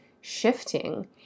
shifting